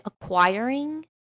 acquiring